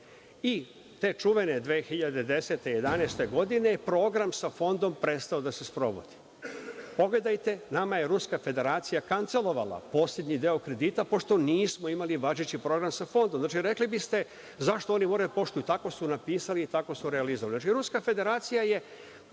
i te čuvene 2010, 2011. godine, program sa fondom je prestao da se sprovodi. Pogledajte, nama je Ruska Federacija kancelovala poslednji deo kredita pošto nismo imali važeći program sa Fondom. Znači, rekli bi ste – zašto oni gore poštuju? Tako su napisali, tako su realizovali. Znači, Ruska Federacija je